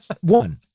One